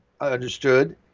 understood